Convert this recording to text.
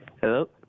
Hello